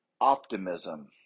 optimism